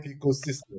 ecosystem